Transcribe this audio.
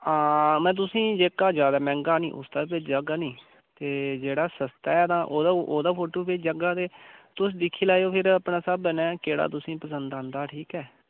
हां में तुसें ई जेह्का जैदा मैह्ंगा निं उसदा बी भेजगा निं ते जेह्ड़ा सस्ता ऐ तां ओह्दा ओह्दा फोटू बी भेजगा ते तुस दिक्खी लैएओ फ्ही अपने स्हाबै नै केह्ड़ा तुसें ई पसंद औंदा ठीक ऐ